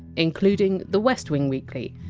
including the west wing weekly,